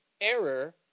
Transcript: error